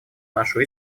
нашу